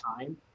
time